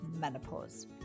menopause